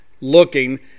looking